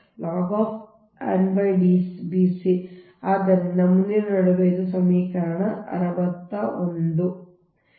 ಆದ್ದರಿಂದ ಈ ಮುಂದಿನ ನಡುವೆ ಇದು ಸಮೀಕರಣ 61 ಆಗಿದೆ